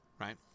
right